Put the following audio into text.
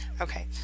Okay